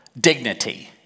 dignity